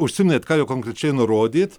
užsiminėt ką jau konkrečiai nurodyt